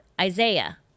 Isaiah